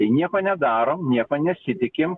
tai nieko nedaro nieko nesitikim